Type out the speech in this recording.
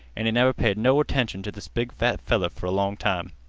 an' he never paid no attention t' this big fat feller fer a long time,